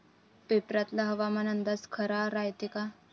पेपरातला हवामान अंदाज खरा रायते का?